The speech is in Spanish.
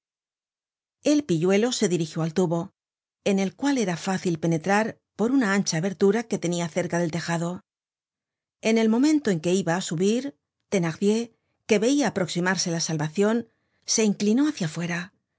el pilluelo se dirigió al tubo en el cual era fácil penetrar por una ancha abertura que tenia cerca del tejado en el momento en que iba á subir thenardier que veia aproximarse la salvacion se inclinó hácia fuera